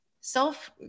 self